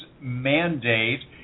mandate